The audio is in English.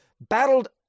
battled